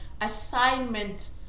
assignment